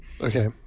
Okay